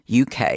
uk